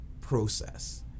process